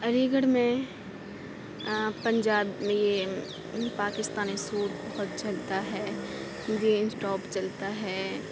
علی گڑھ میں پنجاب میں یہ پاکستانی سوٹ بہت چلتا ہے جینس ٹاپ چلتا ہے